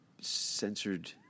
censored